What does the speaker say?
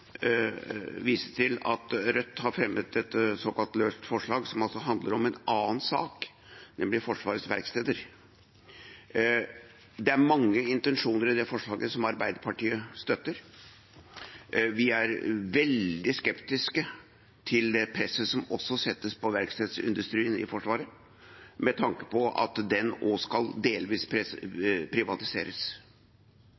til at Rødt har fremmet et såkalt løst forslag, som handler om en annen sak, nemlig Forsvarets verksteder. Det er mange intensjoner i det forslaget som Arbeiderpartiet støtter. Vi er veldig skeptiske til det presset som settes på verkstedindustrien i Forsvaret med tanke på at den også skal delvis